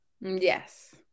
yes